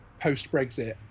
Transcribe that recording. post-Brexit